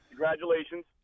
Congratulations